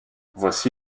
voici